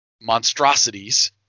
monstrosities